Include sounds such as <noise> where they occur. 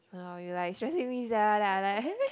!walao! you like stressing me sia then I'm like <laughs>